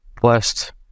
blessed